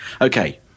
Okay